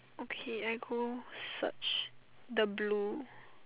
okay I go search the blue